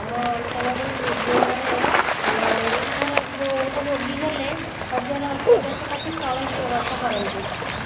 ଆମ ଅଞ୍ଚଳରେ ଯେଉଁମାନେ ଧର ଗୋଟିଏ ରୋଗୀ ଗଲେ ଶଯ୍ୟାର ଅସୁବିଧା ସକାଶୁ ତଳେ ଶୁଆବସା କରନ୍ତି